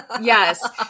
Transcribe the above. Yes